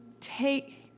take